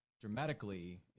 dramatically